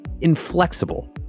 inflexible